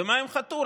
במה הם חטאו?